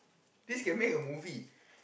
this can make a movie